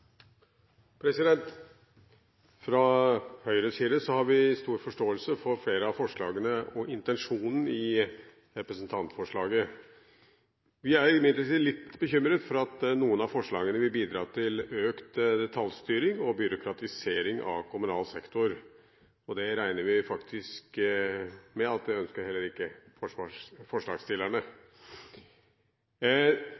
har vi stor forståelse for flere av forslagene og intensjonen i representantforslaget. Vi er imidlertid litt bekymret for at noen av forslagene vil bidra til økt detaljstyring og byråkratisering av kommunal sektor. Vi regner faktisk med at det ønsker heller